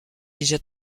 déjà